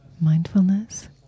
mindfulness